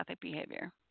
behavior